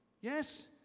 Yes